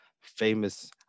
famous